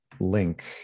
link